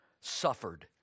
suffered